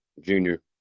junior